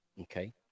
Okay